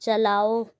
چلاؤ